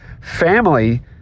family